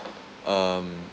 um